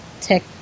tech